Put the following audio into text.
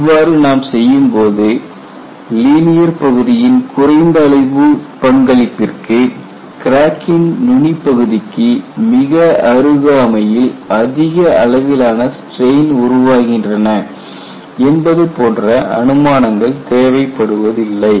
இவ்வாறு நாம் செய்யும்போது லீனியர் பகுதியின் குறைந்த அளவு பங்களிப்பிற்கு கிராக்கின் நுனிப் பகுதிக்கு மிக அருகாமையில் அதிக அளவிலான ஸ்டிரெயின் உருவாகின்றன என்பது போன்ற அனுமானங்கள் தேவைப்படுவதில்லை